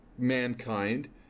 mankind